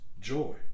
joy